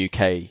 UK